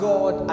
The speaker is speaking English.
God